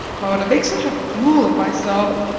oh, to make such a fool of myself!